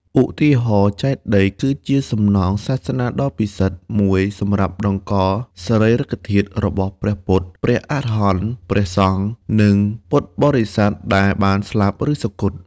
ឧទាហរណ៍ ចេតិយ គឺជាសំណង់សាសនាដ៏ពិសិដ្ឋមួយសម្រាប់តម្កល់សារីរិកធាតុរបស់ព្រះពុទ្ធ ព្រះអរហន្ត ព្រះសង្ឃ និងពុទ្ធបរិស័ទដែលបានស្លាប់ ឬសុគត។